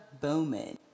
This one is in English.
Bowman